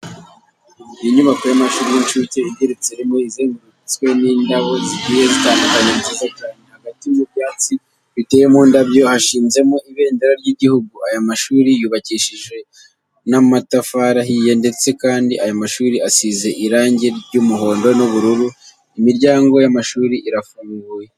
Ni inyubako y'amashuri y'incuke igeretse rimwe, izengurutswe n'indabo zigiye zitandukanye nziza cyane, hagati mu byansi biteye mu ndabyo hashinzemo ibendera ry'igihugu. Aya mashuri yubakishijwe n'amatafari ahiye ndetse kandi aya mashuri asize irange ry'umuhondo n'ubururu, imiryango y'amashuri irafunguye.